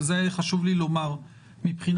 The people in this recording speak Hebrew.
אבל חשוב לי לומר - מבחינתי,